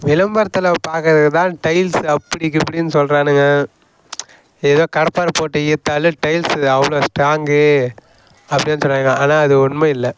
விளம்பரத்தில் பாக்கிறதுக்கு தான் டைல்ஸ் அப்படி இப்படின்னு சொல்கிறானுங்க ஏதோ கடப்பாறை போட்டு இழுத்தாலே டைல்ஸு அவ்வளோ ஸ்டாங்கு அப்படின்னு சொல்கிறான் ஆனால் அது உண்மை இல்லை